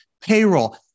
payroll